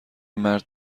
مرد